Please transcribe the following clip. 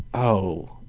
oh,